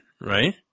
right